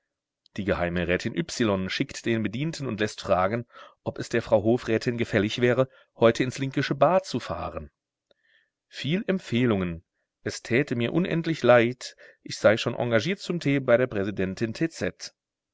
die geheime rätin ypsilon schickt den bedienten und läßt fragen ob es der frau hofrätin gefällig wäre heute ins linkische bad zu fahren viel empfehlungen es täte mir unendlich leid ich sei schon engagiert zum tee bei der präsidentin